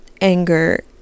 anger